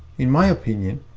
in my opinion,